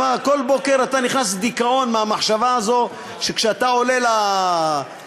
כל בוקר אתה נכנס לדיכאון מהמחשבה הזאת שכשאתה עולה בבוקר,